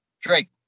Drake